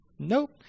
Nope